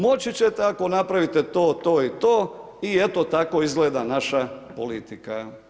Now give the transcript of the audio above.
Moći ćete ako napravite to, to i to i eto tako izgleda naša politika.